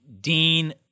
Dean